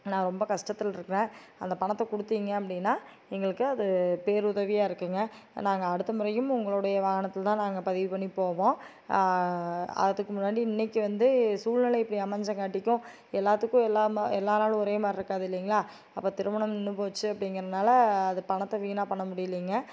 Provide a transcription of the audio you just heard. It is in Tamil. நான் ரொம்ப கஸ்டத்தில் இருக்கிறேன் அந்த பணத்தை கொடுத்தீங்க அப்படின்னா எங்களுக்கு அது பேர் உதவியாக இருக்குங்க நாங்கள் அடுத்த முறையும் உங்களுடைய வாகனத்தில் தான் நாங்கள் பதிவு பண்ணி போவோம் அதுக்கு முன்னாடி இன்னைக்கு வந்து சூல்நில இப்படி அமைஞ்சங்காட்டிக்கும் எல்லாத்துக்கும் எல்லாம எல்லா நாளும் ஒரே மாதிரி இருக்காது இல்லைங்களா அப்போ திருமணம் நின்று போச்சு அப்படிங்கிறனால அது பணத்தை வீணாக பண்ண முடியலைங்க